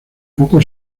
poco